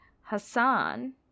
Hassan